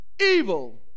Evil